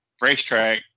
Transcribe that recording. racetrack